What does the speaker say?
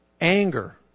Anger